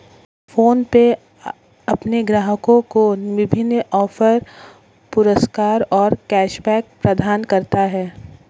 PhonePe अपने ग्राहकों को विभिन्न ऑफ़र, पुरस्कार और कैश बैक प्रदान करता है